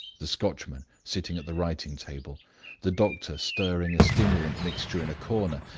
the scotchman sitting at the writing-table, the doctor stirring a stimulant mixture in a corner,